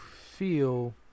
feel